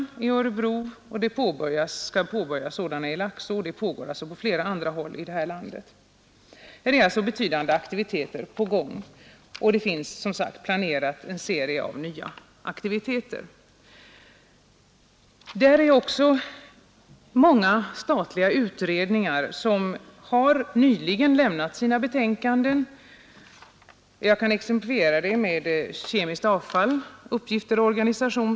Dylika verksamheter pågår på flera håll i landet, t.ex. i Örebro, och skall även påbörjas i Laxå. Betydande aktiviteter är sålunda på gång, och nya är planerade. Flera statliga utredningar har nyligen avlämnat sina betänkanden, t.ex. slutbetänkandet från utredningen om omhändertagande och behandling av kemiskt avfall m.m., Kemiskt avfall — uppgifter och organisation.